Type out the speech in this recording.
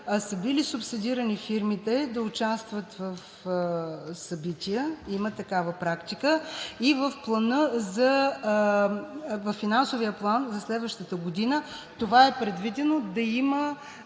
са били субсидирани фирми, за да участват в събития. Има такава практика и във финансовия план за следващата година е предвидено да има